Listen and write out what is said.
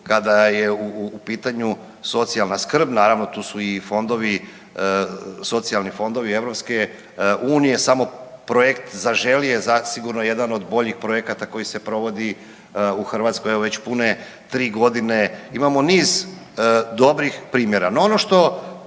kada je u pitanju socijalna skrb, naravno tu su i fondovi, socijalni fondovi EU, samo projekt Zaželi je zasigurno jedan od boljih projekata koji se provodi u Hrvatskoj evo već pune 3 godine. Imamo niz dobrih primjera.